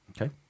Okay